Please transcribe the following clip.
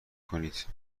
کنید